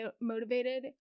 motivated